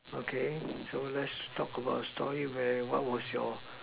okay so let's talk about a story where was your